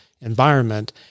environment